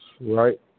Right